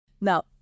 Now